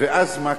ואז מה קורה?